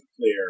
clear